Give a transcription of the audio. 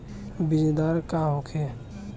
बीजदर का होखे?